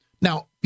Now